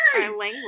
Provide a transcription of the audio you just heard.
language